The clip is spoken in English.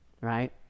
Right